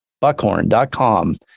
Buckhorn.com